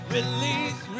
Release